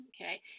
Okay